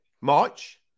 March